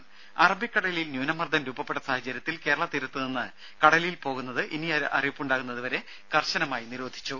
ദേദ അറബിക്കടലിൽ ന്യൂനമർദ്ദം രൂപപ്പെട്ട സാഹചര്യത്തിൽ കേരള തീരത്തുനിന്ന് കടലിൽ പോകുന്നത് ഇനിയൊരറിയിപ്പുണ്ടാകുന്നതു വരെ കർശനമായി നിരോധിച്ചു